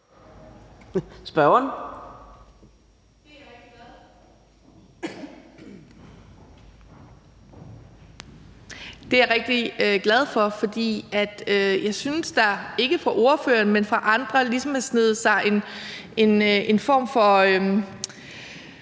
Det er jeg rigtig glad for, for jeg synes, at der – ikke fra ordføreren, men fra andre – ligesom har